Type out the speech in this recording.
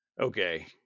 Okay